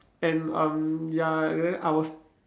and um ya and then I was